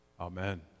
Amen